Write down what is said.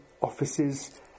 offices